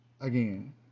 again